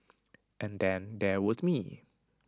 and then there was me